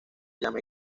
llama